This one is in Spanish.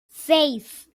seis